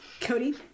Cody